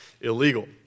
illegal